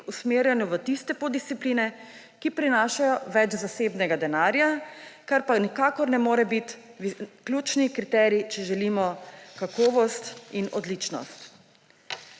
usmerjanju v tiste poddiscipline, ki prinašajo več zasebnega denarja, kar pa nikakor ne mor biti ključni kriterij, če želimo kakovost in odličnost.